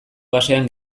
basean